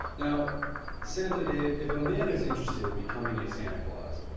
you know santa dave, if a man is interested in becoming a santa claus,